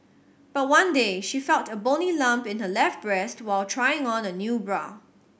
but one day she felt a bony lump in her left breast while trying on a new bra